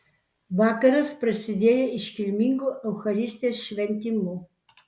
vakaras prasidėjo iškilmingu eucharistijos šventimu